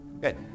Good